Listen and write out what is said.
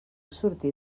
sortir